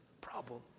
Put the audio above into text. problem